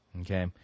okay